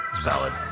Valid